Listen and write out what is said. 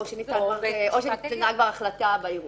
או שניתנה כבר החלטה בערעור.